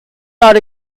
not